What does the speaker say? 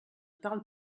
parle